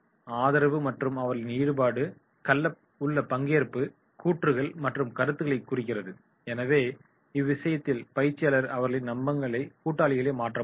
ஆதரவு என்பது அவர்களின் ஈடுபாடுடன் உள்ள பங்கேற்பு கூற்றுகள் மற்றும் கருத்துக்களைக் குறிக்கிறது எனவே இவ்விஷயத்தில் பயிற்சியாளர் அவர்களை நம்பகமான கூட்டாளிகளாக மாற்ற முடியும்